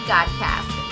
Godcast